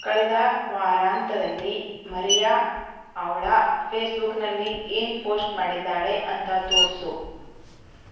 ಕಳೆದ ವಾರಾಂತದಲ್ಲಿ ಮರಿಯಾ ಅವಳ ಫೇಸ್ಬುಕ್ನಲ್ಲಿ ಏನು ಪೋಸ್ಟ್ ಮಾಡಿದ್ದಾಳೆ ಅಂತ ತೋರಿಸು